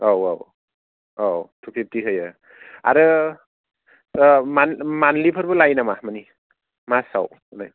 औ औ औ थु फिफ्ति होयो आरो मानलि मानलिफोरबो लायो नामा मासाव